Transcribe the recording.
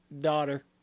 daughter